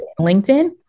LinkedIn